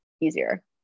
easier